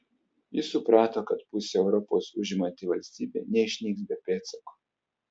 jis suprato kad pusę europos užimanti valstybė neišnyks be pėdsako